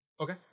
Okay